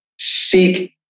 seek